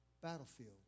battlefield